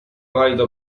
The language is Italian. valida